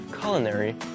culinary